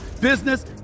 business